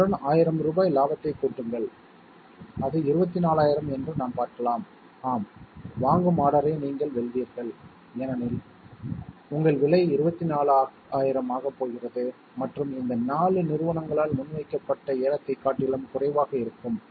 அதனுடன் 1000 ரூபாய் லாபத்தைக் கூட்டுங்கள் அது 24000 என்று நாம் பார்க்கலாம் ஆம் வாங்கும் ஆர்டரை நீங்கள் வெல்வீர்கள் ஏனெனில் உங்கள் விலை 24000 ஆகப் போகிறது மற்றும் இந்த 4 நிறுவனங்களால் முன்வைக்கப்பட்ட ஏலத்தைக் காட்டிலும் குறைவாக இருக்கும்